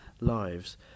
lives